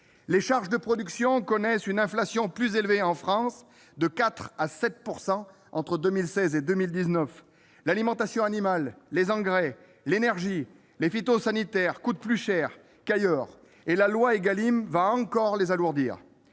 les charges de production connaissent une augmentation plus élevée en France, de 4 % à 7 % entre 2016 et 2019. L'alimentation animale, les engrais, l'énergie, les produits phytosanitaires coûtent plus cher qu'ailleurs, et la loi pour l'équilibre des relations